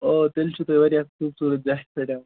آ تیٚلہِ چھو تُہۍ واریاہ خوبصورَت جایہِ پٮ۪ٹھ